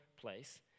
place